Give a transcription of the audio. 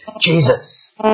Jesus